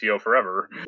forever